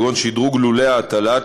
כגון שדרוג לולי ההטלה,